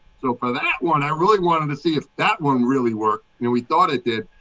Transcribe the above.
so for that one, i really wanted to see if that one really worked. and we thought it did.